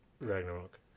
Ragnarok